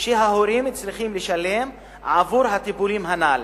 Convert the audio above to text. שההורים צריכים לשלם עבור הטיפולים הנ"ל.